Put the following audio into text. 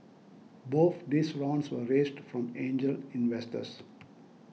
both these rounds were raised from angel investors